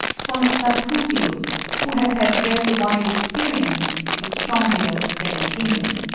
von nathusius, who has had very wide experience, is strongly of the same opinion.